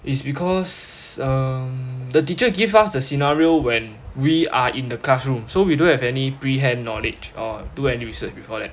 is because um the teacher give us the scenario when we are in the classroom so we don't have any pre-hand knowledge or do any research before leh